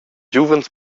giuvens